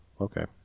okay